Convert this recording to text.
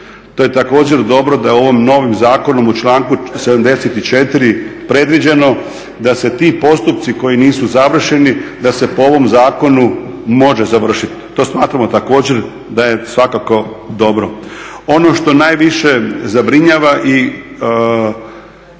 To je također dobro da je ovim novim zakonom u članku 74. predviđeno da se ti postupci koji nisu završeni da se po ovom zakonu može …, to smatramo također da je svakako dobro. Ono što najviše zabrinjava i